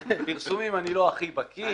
בפרסומים אני לא הכי בקיא.